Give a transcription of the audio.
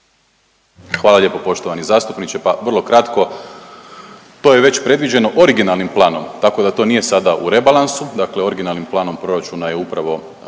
Hvala lijepo poštovani zastupniče. Pa vrlo kratko, to je već predviđeno originalnim planom, tako da to nije sada u rebalansu, dakle originalnim planom proračuna je upravo